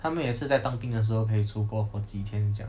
他们也是在当兵的时候可以出国 for 几天这样